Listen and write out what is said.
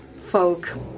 folk